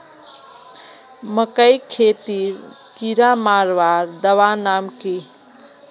मकई खेतीत कीड़ा मारवार दवा नाम की?